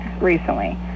recently